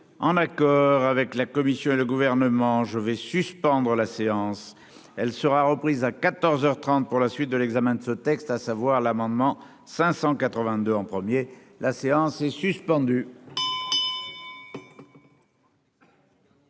en accord avec la Commission et le gouvernement, je vais suspendre la séance, elle sera reprise à 14 heures 30 pour la suite de l'examen de ce texte, à savoir l'amendement 582 en 1er, la séance est suspendue.